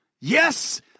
Yes